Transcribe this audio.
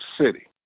city